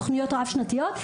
תוכניות רב-שנתיות,